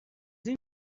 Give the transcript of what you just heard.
این